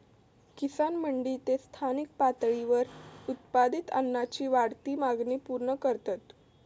किसान मंडी ते स्थानिक पातळीवर उत्पादित अन्नाची वाढती मागणी पूर्ण करतत